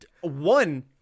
one